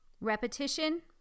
Repetition